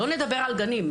שלא נדבר על גנים.